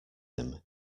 him